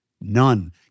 None